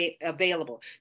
available